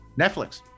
Netflix